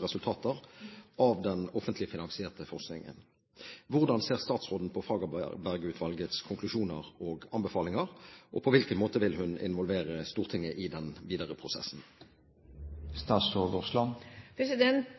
resultater av den offentlig finansierte forskningen. Hvordan ser statsråden på Fagerberg-utvalgets konklusjoner og anbefalinger, og på hvilken måte vil hun involvere Stortinget i den videre prosessen?»